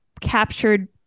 captured